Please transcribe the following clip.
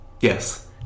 Yes